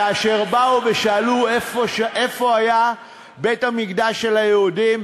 כאשר באו ושאלו איפה היה בית-המקדש של היהודים,